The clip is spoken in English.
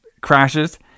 crashes